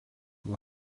nuo